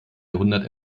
jahrhundert